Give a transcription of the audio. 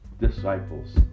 disciples